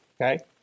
Okay